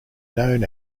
known